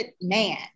man